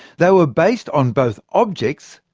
they were based on both objects,